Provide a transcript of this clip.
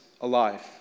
alive